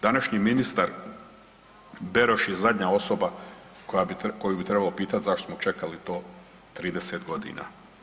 Današnji ministar Beroš je zadnja osoba koju bi trebalo pitati zašto smo čekali to 30 godina.